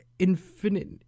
infinite